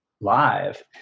live